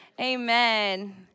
Amen